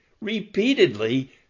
repeatedly